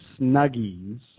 snuggies